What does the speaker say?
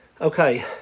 okay